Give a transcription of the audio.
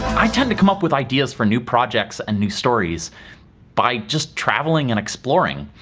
i tend to come up with ideas for new projects and new stories by just traveling and exploring,